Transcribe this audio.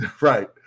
Right